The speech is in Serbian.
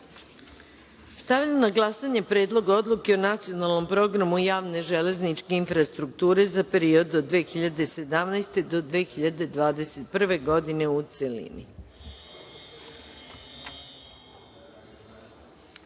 zakona. Stavljam na glasanje Predlog odluke o Nacionalnom programu javne železničke infrastrukture za period od 2017. do 2021. godine, u